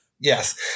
Yes